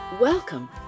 welcome